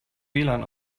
wlan